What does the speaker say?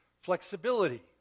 Flexibility